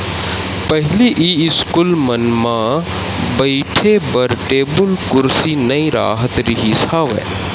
पहिली इस्कूल मन म बइठे बर टेबुल कुरसी नइ राहत रिहिस हवय